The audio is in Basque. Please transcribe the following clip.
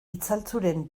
itzaltzuren